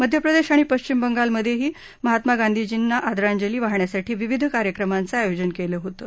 मध्य प्रदेश आणि पश्चिम बंगालमध्येही महात्मा गांधीजींना आदरांजली वाहण्यासाठी विविध कार्यक्रमांचं आयोजन केलं होतं